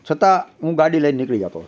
છતાં હું ગાડી લઈ ને નીકળી જતો